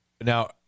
Now